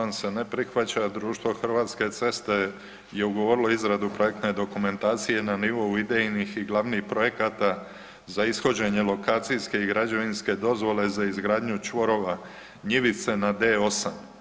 Amandman se ne prihvaća, društvo Hrvatske ceste je ugovorilo izradu projektne dokumentacije na nivou idejnih i glavnih projekata za ishođenje lokacijske i građevinske dozvole za izgradnju čvorova Njivice na D8.